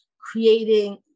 creating